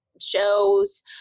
shows